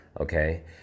okay